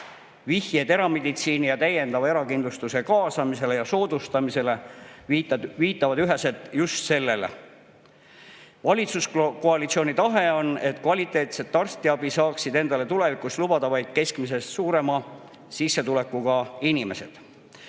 Vihjed erameditsiini ja täiendava erakindlustuse kaasamisele ja soodustamisele viitavad üheselt just sellele. Valitsuskoalitsiooni tahe on, et kvaliteetset arstiabi saaksid endale tulevikus lubada vaid keskmisest suurema sissetulekuga inimesed.